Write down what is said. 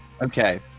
Okay